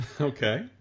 Okay